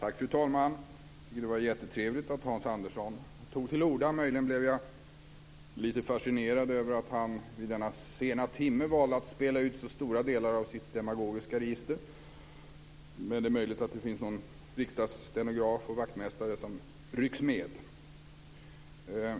Fru talman! Jag tycker att det var jättetrevligt att Hans Andersson tog till orda. Möjligen blev jag lite fascinerad över att han vid denna sena timme valde att spela ut så stora delar av sitt demagogiska register, men det är möjligt att det finns någon riksdagsstenograf eller vaktmästare som rycks med.